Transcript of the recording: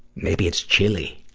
maybe it's chilly.